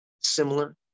similar